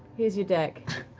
here's your deck.